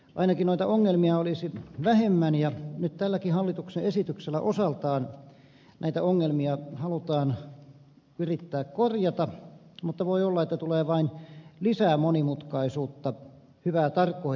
ainakin noita ongelmia olisi vähemmän ja nyt tälläkin hallituksen esityksellä osaltaan näitä ongelmia halutaan yrittää korjata mutta voi olla että tulee vain lisää monimutkaisuutta hyvää tarkoitettaessa